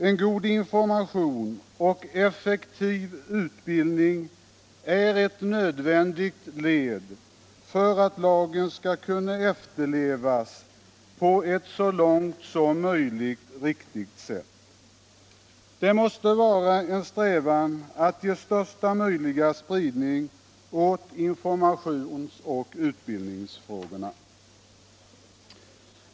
En god information och en effektiv utbildning är nödvändiga ting för att lagen skall kunna efterlevas på ett så långt som möjligt riktigt sätt. Det måste vara en strävan att ge största möjliga spridning åt informationsoch utbildningsfrågorna.